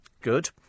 good